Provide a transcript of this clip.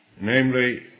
namely